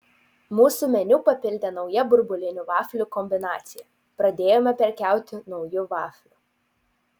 mūsų meniu papildė nauja burbulinių vaflių kombinacija pradėjome prekiauti nauju vafliu